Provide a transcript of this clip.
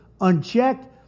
unchecked